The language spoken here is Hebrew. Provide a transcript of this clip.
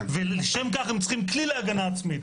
ולשם כך הם צריכים כלי להגנה עצמית.